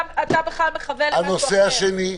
אתה בכלל מכוון למשהו אחר.